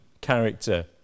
character